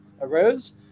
arose